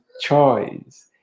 choice